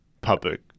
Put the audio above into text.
public